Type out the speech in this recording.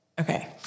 Okay